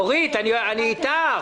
אורית, אני איתך.